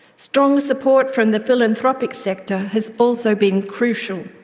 strong support from the philanthropic sector has also been crucial.